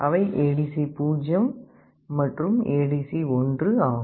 அவை ஏடிசி 0 மற்றும் ஏடிசி 1 ஆகும்